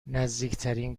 نزدیکترین